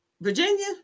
Virginia